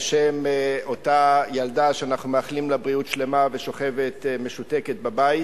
על שם אותה ילדה ששוכבת משותקת בבית